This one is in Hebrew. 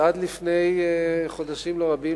שעד לפני חודשים לא רבים,